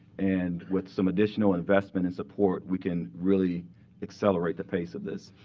and with some additional investment and support we can really accelerate the pace of this.